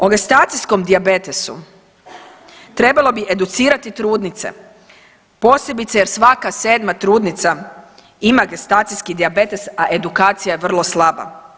O gestacijskom dijabetesu trebalo bi educirati trudnice, posebice jer svaka 7. trudnica ima gestacijski dijabetes, a edukacija je vrlo slaba.